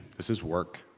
this is work!